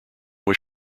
was